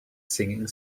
singing